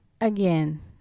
Again